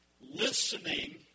Listening